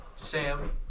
Sam